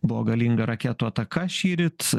buvo galinga raketų ataka šįryt